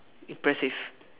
impressive